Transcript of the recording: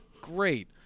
great